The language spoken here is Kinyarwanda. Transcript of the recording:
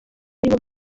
ariho